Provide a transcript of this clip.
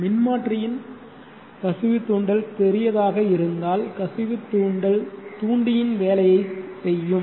மின்மாற்றியின் கசிவு தூண்டல் பெரியதாக இருந்தால் கசிவு தூண்டல் தூண்டியின் வேலையைச் செய்யும்